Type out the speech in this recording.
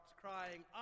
crying